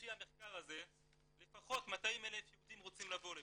לפי המחקר הזה לפחות 200,000 יהודים רוצים לבוא לפה.